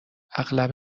اغلب